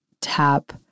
tap